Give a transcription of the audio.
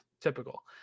typical